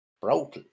Brutal